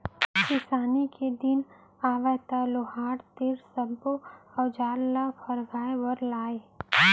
किसानी के दिन आवय त लोहार तीर सब्बो अउजार ल फरगाय बर लागय